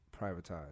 privatized